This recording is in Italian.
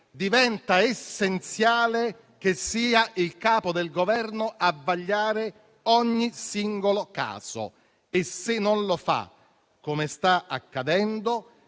diventa essenziale che sia il capo del Governo a vagliare ogni singolo caso; se non lo fa, come sta accadendo,